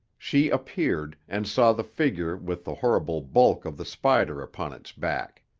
she appeared, and saw the figure with the horrible bulk of the spider upon its back.